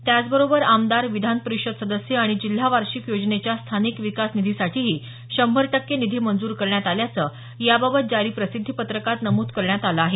त्याचबरोबर आमदार विधान परिषद सदस्य आणि जिल्हा वार्षिक योजनेच्या स्थानिक विकास निधीसाठीही शंभर टक्के निधी मंजूर करण्यात आल्याचं याबाबत जारी प्रसिद्धी पत्रकात नमूद करण्यात आलं आहे